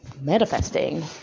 manifesting